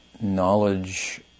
knowledge